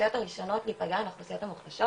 האוכלוסיות הראשונות להיפגע הן האוכלוסיות המוחלשות.